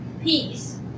peace